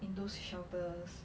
in those shelters